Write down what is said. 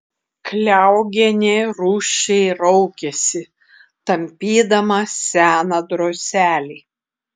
kliaugienė rūsčiai raukėsi tampydama seną droselį